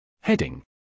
Heading